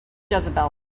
jezebel